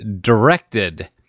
directed